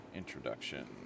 introduction